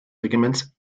regiments